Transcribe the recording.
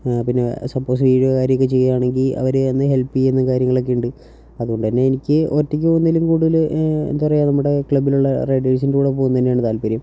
പിന്നെ സപ്പോസ് വീഴുകയോ കാര്യമൊക്കെ ചെയ്യുകയാണെങ്കിൽ അവർ അന്ന് ഹെൽപ്പ് ചെയ്യുന്ന കാര്യങ്ങളൊക്കെ ഉണ്ട് അതുകൊണ്ടുതന്നെ എനിക്ക് ഒറ്റയ്ക്ക് പോകുന്നതിലും കൂടുതൽ എന്താ പറയുക നമ്മുടെ ക്ലബിലുള്ള റെഡേഴ്സിൻ്റെകൂടെ പോകുന്നത് തന്നെയാണ് താല്പര്യം